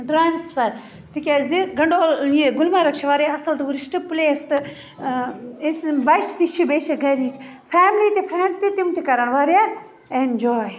transfer تِکیٛازِ gondola یہِ گُلمرگ چھِ واریاہ اصٕل ٹوٗرِسٹ پُلیس تہٕ أسۍ بَچہِ تہِ چھِ بیٚیہِ چھِ گَرٕچ فیملی تہِ فرٛینٛڈ تہِ تِم تہِ کَرَن واریاہ ایٚنجاے